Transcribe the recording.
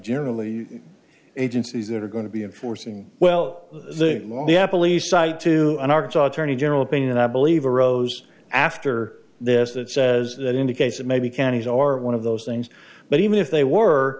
generally agencies that are going to be of forcing well the law the apple e side to an arkansas attorney general opinion i believe arose after this that says that indicates that maybe counties are one of those things but even if they were